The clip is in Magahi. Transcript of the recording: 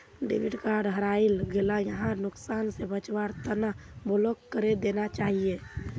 डेबिट कार्ड हरई गेला यहार नुकसान स बचवार तना ब्लॉक करे देना चाहिए